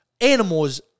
animals